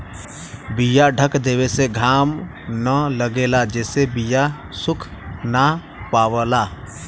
बीया ढक देवे से घाम न लगेला जेसे बीया सुख ना पावला